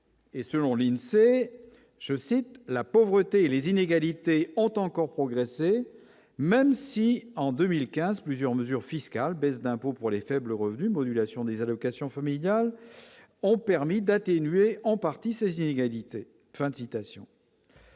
selon l'INSEE, je cite, la pauvreté et les inégalités ont encore progressé, même si en 2015, plusieurs mesures fiscales, baisses d'impôts pour les faibles revenus, modulation des allocations familiales ont permis d'atténuer en partie s'agit égalité,